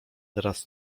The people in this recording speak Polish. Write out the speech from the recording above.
teraz